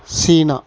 சீனா